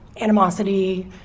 animosity